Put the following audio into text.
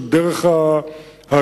על דרך הגבול,